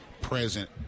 present